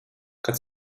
kad